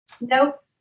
Nope